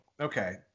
Okay